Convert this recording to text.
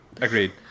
Agreed